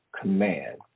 command